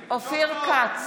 נמנע אופיר כץ,